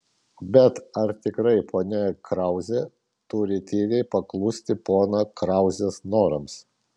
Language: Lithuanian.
bet ar tikrai ponia krauzė turi tyliai paklusti pono krauzės norams